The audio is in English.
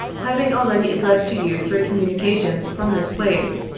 having already addressed to you three communications, from this place,